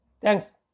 Thanks